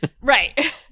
Right